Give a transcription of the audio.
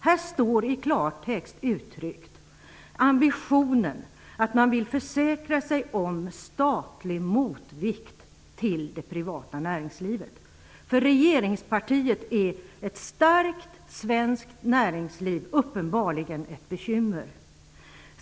Här står i klartext uttryckt ambitionen att man vill försäkra sig om statlig motvikt till det privata näringslivet. För regeringspartiet är ett starkt svenskt näringsliv uppenbarligen ett bekymmer.